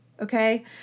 okay